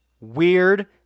weird